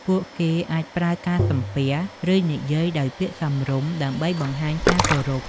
ពួកគេអាចប្រើការសំពះ ឬនិយាយដោយពាក្យសមរម្យ ដើម្បីបង្ហាញការគោរព។